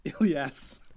Yes